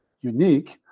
unique